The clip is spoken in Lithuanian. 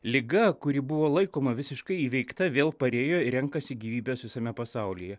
liga kuri buvo laikoma visiškai įveikta vėl parėjo ir renkasi gyvybes visame pasaulyje